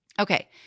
Okay